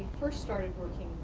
first started